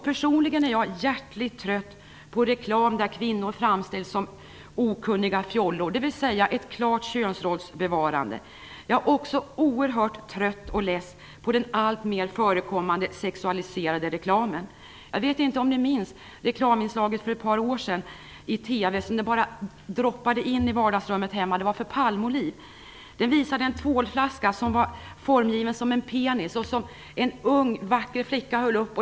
Personligen är jag hjärtligt trött på reklam där kvinnor framställs som okunniga fjollor - det är alltså fråga om ett klart könsrollsbevarande. Jag är också oerhört trött och less på den alltmer förekommande sexualiserade reklamen. Jag vet inte om ni minns reklamen i TV för Palmolive för ett par år sedan. Inslaget bara droppade in i vardagsrummet. En ung vacker flicka höll upp en tvålflaska som var formgiven som en penis.